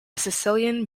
sicilian